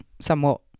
somewhat